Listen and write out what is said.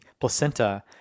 placenta